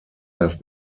have